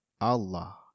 Allah